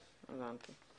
זה בחלוקה